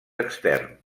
extern